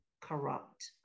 corrupt